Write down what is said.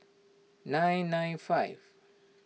nine nine five